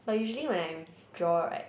but usually when I draw right